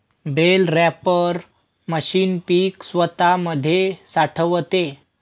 bell wrapper machine पीक स्वतामध्ये साठवते